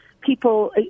People